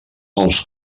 els